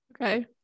okay